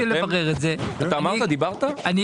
אני רציתי לברר את זה.